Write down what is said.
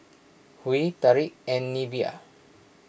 Huey Tariq and Neveah